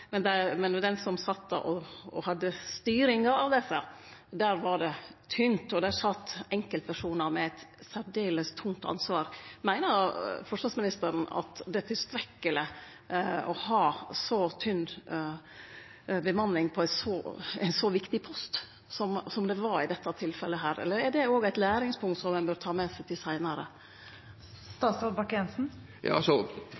men der ein sat og hadde styringa av desse, var det tynt, og det sat enkeltpersonar med eit særdeles tungt ansvar. Meiner forsvarsministeren at det er tilstrekkeleg å ha så tynn bemanning på ein så viktig post som i dette tilfellet, eller er det òg eit læringspunkt som ein bør ta med seg til seinare?